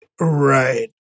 Right